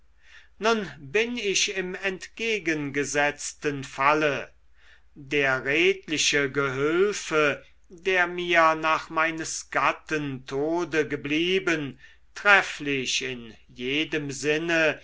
nun bin ich im entgegengesetzten falle der redliche gehülfe der mir nach meines gatten tode geblieben trefflich in jedem sinne